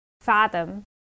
fathom